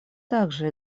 также